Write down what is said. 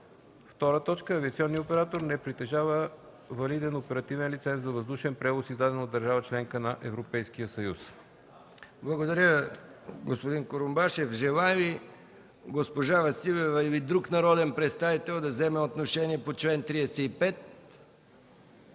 орган; 2. авиационният оператор не притежава валиден оперативен лиценз за въздушен превоз, издаден от държава – членка на Европейския съюз.” ПРЕДСЕДАТЕЛ МИХАИЛ МИКОВ: Благодаря, господин Курумбашев. Желае ли госпожа Василева или друг народен представител да вземе отношение по чл. 35?